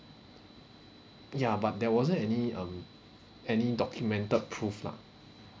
ya but there wasn't any um any documented proof lah